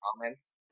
comments